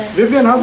vivian, um